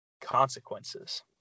consequences